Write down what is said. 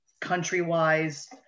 country-wise